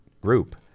Group